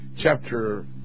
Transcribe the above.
chapter